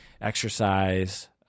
Exercise